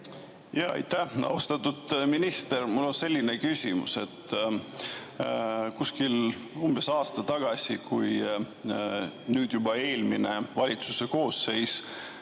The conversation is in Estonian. Aitäh! Austatud minister! Mul on selline küsimus. Umbes aasta tagasi, kui nüüd juba eelmine valitsuse koosseis